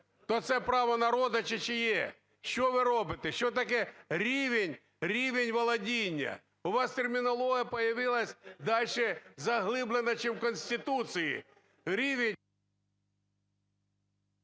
То це право народу чи чиє? Що ви робите? Що таке рівень володіння? У вас термінологія появилась дальше заглиблена чим в Конституції. Рівень…